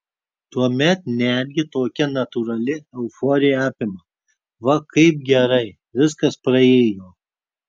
tuomet netgi tokia natūrali euforija apima va kaip gerai viskas praėjo